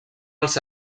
els